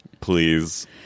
Please